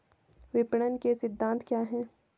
विपणन के सिद्धांत क्या हैं?